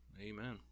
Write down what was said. amen